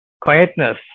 quietness